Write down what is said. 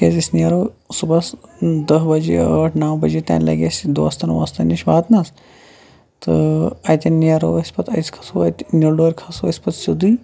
تکیازِ أسۍ نیرو صُبحَس دہ بجے یا ٲٹھ نو بجے تانۍ لَگہِ اَسہِ دوستَن ووستَن نِش واتنَس تہٕ اَتیٚن نیرو أسۍ پَتہٕ أسۍ کھَسو اتہِ نِلڈورٕ کھَسو أسۍ سیودے